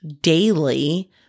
daily